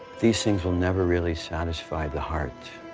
these things will never really satisfy the heart.